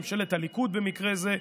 ממשלת הליכוד במקרה זה,